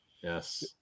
yes